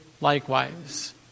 likewise